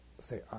say